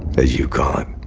as you call it,